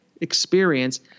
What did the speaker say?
experience